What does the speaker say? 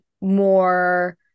more